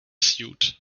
suit